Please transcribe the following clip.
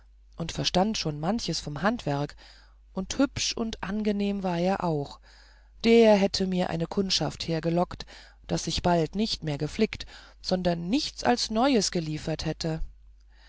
und verstand schon manches vom handwerk und hübsch und angenehm war er auch der hätte mir eine kundschaft hergelockt daß ich bald nicht mehr geflickt sondern nichts als neues geliefert hätte